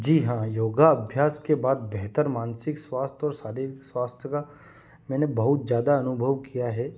जी हाँ योग अभ्यास के बाद बेहतर मानसिक स्वास्थय और शारीरिक स्वास्थय का मैंने बहुत ज़्यादा अनुभव किया है